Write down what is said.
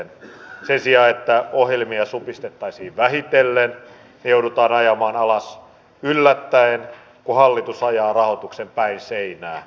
sen sijaan että ohjelmia supistettaisiin vähitellen ne joudutaan ajamaan alas yllättäen kun hallitus ajaa rahoituksen päin seinää